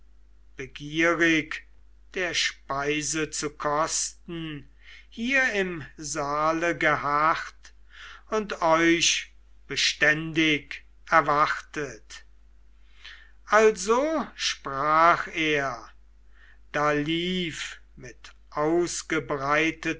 begierig der speise zu kosten hier im saale geharrt und euch beständig erwartet also sprach er da lief mit ausgebreiteten